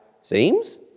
Seems